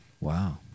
Wow